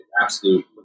absolute